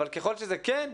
אבל ככל שזה כן,